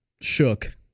shook